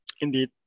Indeed